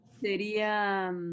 sería